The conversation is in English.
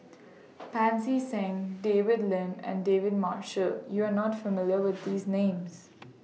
Pancy Seng David Lim and David Marshall YOU Are not familiar with These Names